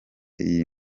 iyi